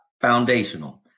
foundational